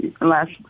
last